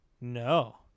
No